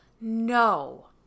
no